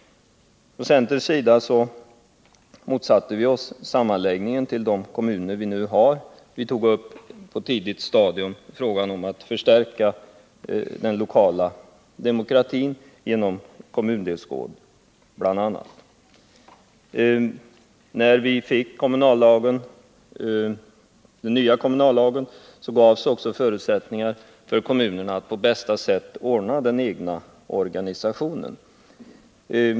Från centerns sida motsatte vi oss sammanläggningen till de kommuner vi nu har i landet. Vi tog på ett tidigt stadium upp frågan om att förstärka den kommunala demokratin genom bl.a. kommundelsråd. När den nya kommunlagen infördes gavs också förutsättningar för kommunerna att på bästa sätt ordna den egna organisationen.